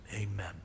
Amen